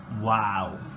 Wow